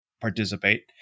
participate